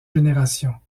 générations